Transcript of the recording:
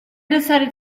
decided